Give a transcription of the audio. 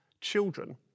children